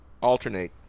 Alternate